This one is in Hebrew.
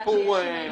המספור.